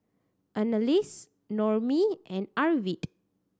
Anneliese Noemie and Arvid